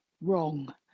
wrong